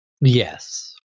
Yes